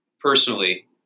personally